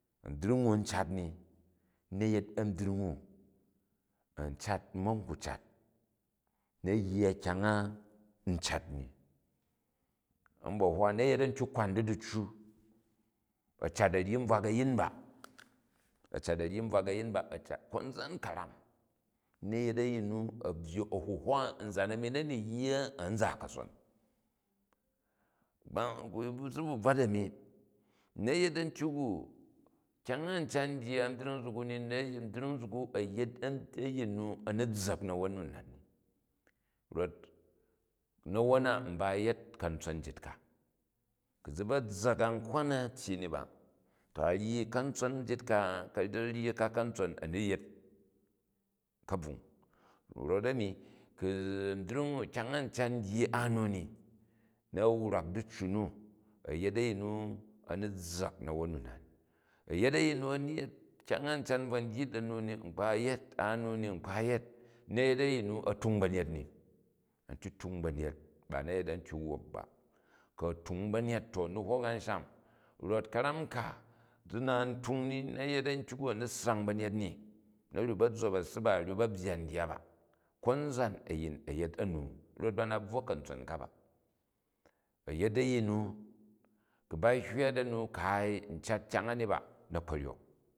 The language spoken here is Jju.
Ambyring u̱ n cat ni, na̱ yet a̱mbyring u, an cat n ma̱ ku cat, na̱ yya kyang a̱ n cat ni. A̱mba̱hwa, na̱ yet a̱ntyok kwai di diccu, a cat a̱ ryi bvak a̱yin ba, a̱ cat a̱ ryi bvak a̱yin ba. Konza a karam na̱ yet a̱yin nu a̱ byyi a huhwa anzan anri na̱ ni yya a̱n za kason si bvu bvat ami, na̱ yet a̱ntyok u, kyang n cut a dyi a ambyring nzuk u ni, ambrying nzuk u, a̱ yet a̱yin ni a̱ ni zzak nawon nu na ni rot nawon na, mba a̱ yet kantson njit ka, ku zi ba zza̱k a kwna na tyyi in ba, to a ryi kantson njit ka, ku̱ du ryi kantson a̱ni yet ka̱bvuny. Rot a̱nni ku̱ a̱mbyring, kyang a n cat u dyi a mi ni, na̱ wrak diccu nu, a̱ yet a̱yin nu a̱ni zza̱k na̱won nu na ni, a̱yet a̱yim nu a ni kyang a n cat n bvo dye da̱ mi ni nkpa yet, na̱ yet a̱yin nu, a̱ tung banyet ni, a̱ntyu tung banyet, ba na̱ yet a̱ntyal wop ba, ku̱ a tmy lanyet to n ni hok an sham rot ka̱ram ka zi na n tuy ni, na̱ yet antyuk u a̱ni ssany banyet ni na̱ ryok ba zzop a̱ssi ba, a̱ ryok ba byyan ndya ba. Konza a̱yin a̱ yet anu rot ba na bvwo ka̱ntson ka ba. A̱ yet a̱yin nu, ku̱ ba hywa da nu kaai n cat kyang ani ba, na̱ kpo ryok.